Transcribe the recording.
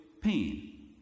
pain